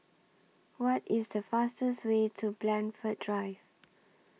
What IS The fastest Way to Blandford Drive